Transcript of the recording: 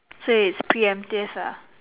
so its preemptive ah